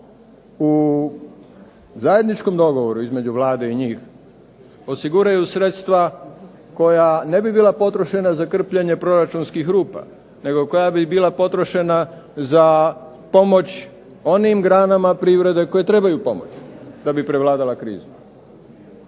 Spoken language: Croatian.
u zajedničkom dogovoru između Vlade i njih osiguraju sredstva koja ne bi bila potrošena za krpanje proračunskih rupa nego koja bi bila potrošena za pomoć onim granama privrede koje trebaju pomoć da bi prevladala krizu